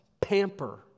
pamper